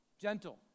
Gentle